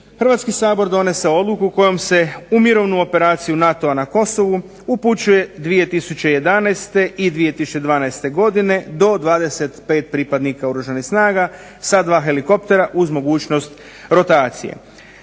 Hrvatski sabor donese odluku kojom se u mirovnu operaciju NATO-a na Kosovu upućuje 2011. i 2012. godine do 25 pripadnika Oružanih snaga sa dva helikoptera uz mogućnost rotacije.